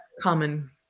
common